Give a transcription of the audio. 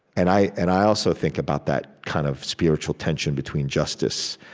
and i and i also think about that kind of spiritual tension between justice